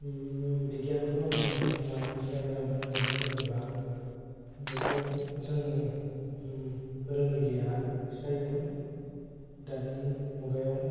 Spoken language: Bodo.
बिगियानखौ आङो मानि थाखाय मोजां मोनो होनना बुङोब्ला बेखौ जोंनि फोरोंगिरिया खिन्थायोमोन दानि मुगायाव